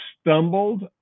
stumbled